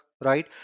right